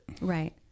Right